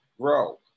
grow